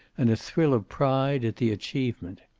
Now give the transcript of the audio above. and a thrill of pride at the achievement.